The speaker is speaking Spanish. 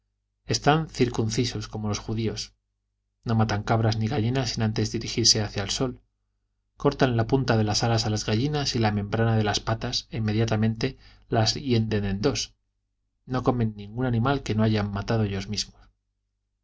están circuncisos como los judíos no matan cabras ni gallinas sin antes dirigirse hacia el sol cortan la punta de las alas a las gallinas y la membrana de las patas e inmediatamente las hienden en dos no comen ningún animal que no hayan matado ellos mismos